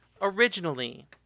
originally